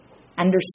understand